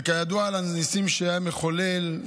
וידוע על הניסים שהיה מחולל,